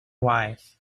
wife